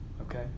Okay